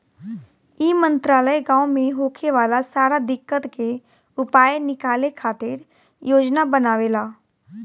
ई मंत्रालय गाँव मे होखे वाला सारा दिक्कत के उपाय निकाले खातिर योजना बनावेला